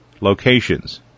locations